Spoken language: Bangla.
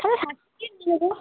হ্যাঁ হ্যাঁ